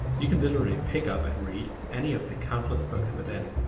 you can literally pick up and read any of the countless books within.